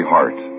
Heart